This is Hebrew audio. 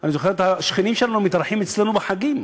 אני זוכר את השכנים שלנו מתארחים אצלנו בחגים,